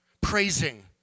praising